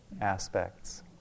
aspects